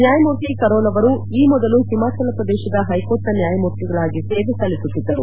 ನ್ಯಾಯಮೂರ್ತಿ ಕರೋಲ್ ಅವರು ಈ ಮೊದಲು ಹಿಮಾಚಲ ಪ್ರದೇಶದ ಹೈಕೋರ್ಟ್ನ ನ್ಯಾಯಮೂರ್ತಿಗಳಾಗಿ ಸೇವೆ ಸಲ್ಲಿಸುತ್ತಿದ್ದರು